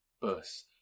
bus